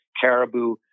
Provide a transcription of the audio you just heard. Caribou